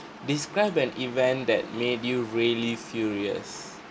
describe an event that made you really furious